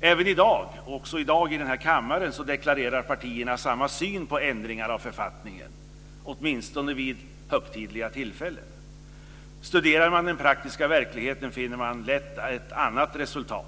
Även i dag deklarerar partierna samma syn på ändringar av författningen - åtminstone vid högtidliga tillfällen. Studerar man den praktiska verkligheten finner man lätt ett annat resultat.